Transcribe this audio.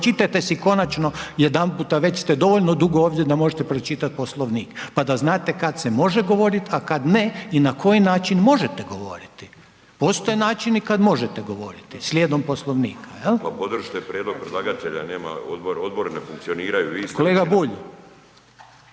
Pročitajte si konačno jedanputa, već ste dovoljno dugo ovdje da možete pročitat Poslovnik, pa da znate kad se može govorit, a kad ne i na koji način možete govoriti, postoje načini kad možete govoriti slijedom Poslovnika, jel? **Bulj, Miro (MOST)** Pa podržite prijedlog predlagatelja, nema, odbori ne funkcioniraju, vi ste